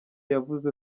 yavuze